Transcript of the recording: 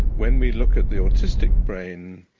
when we look at the autistic brain,